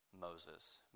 Moses